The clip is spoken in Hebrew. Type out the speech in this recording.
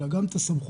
אלא גם את הסמכות,